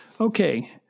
Okay